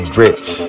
rich